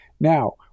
Now